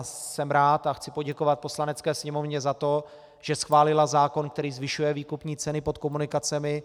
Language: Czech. Jsem rád a chci poděkovat Poslanecké sněmovně za to, že schválila zákon, který zvyšuje výkupní ceny pod komunikacemi.